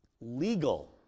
legal